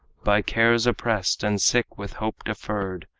by cares oppressed and sick with hope deferred,